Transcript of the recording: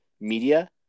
media